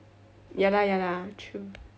ya lah ya lah true